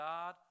God